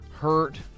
hurt